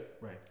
Right